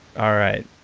all right.